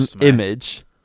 image